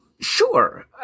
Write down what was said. Sure